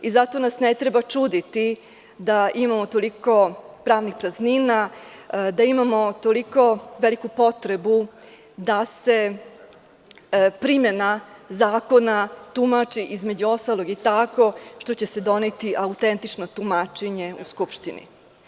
Zato nas ne treba čuditi da imamo toliko pravnih praznina, da imamo toliko veliku potrebu da se primena zakona tumači, između ostalog, i tako što će se doneti autentično tumačenje u Skupštini.